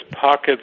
pockets